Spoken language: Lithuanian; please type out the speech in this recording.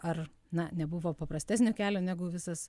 ar na nebuvo paprastesnio kelio negu visas